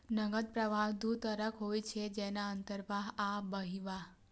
नकद प्रवाह दू तरहक होइ छै, जेना अंतर्वाह आ बहिर्वाह